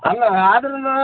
ಅಲ್ಲ ಆದರೂನು